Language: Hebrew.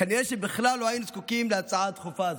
כנראה שבכלל לא היינו זקוקים להצעה הדחופה הזאת,